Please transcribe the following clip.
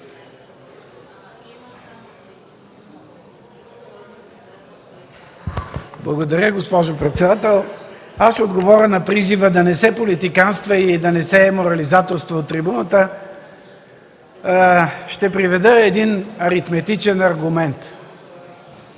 Благодаря, госпожо председател. Ще отговоря на призива да не се политиканства и да не се морализаторства от трибуната. Ще приведа един аритметичен аргумент.